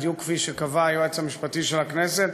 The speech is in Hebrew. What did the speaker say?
בדיוק כפי שקבע היועץ המשפטי של הכנסת,